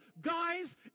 Guys